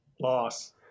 Loss